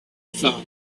thought